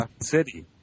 City